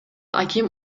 аким